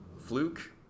Fluke